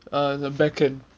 uh the beckon